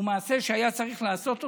הוא מעשה שהיה צריך לעשות אותו.